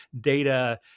data